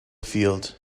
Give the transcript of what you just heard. field